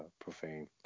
profane